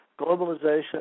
Globalization